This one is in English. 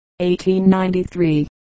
1893